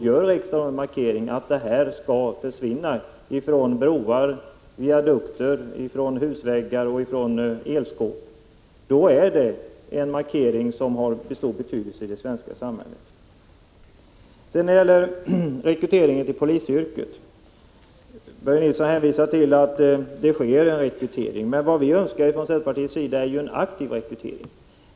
Om riksdagen gör en markering om att detta klotter skall försvinna från broar, viadukter, husväggar och teleskåp, då är det en markering som har stor betydelse i det svenska samhället. Beträffande rekryteringen till polisyrket hänvisade Börje Nilsson till att det sker en rekrytering. Men vad vi från centerpartiets sida önskar är en aktiv rekrytering.